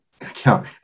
account